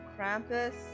Krampus